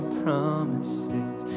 promises